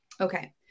okay